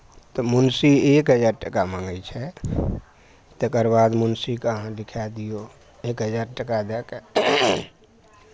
तऽ मुंशी एक हजार टाका माङ्गै छै तकरबाद मुंशीकेँ अहाँ लिखाए दियौ एक हजार टाका दए कऽ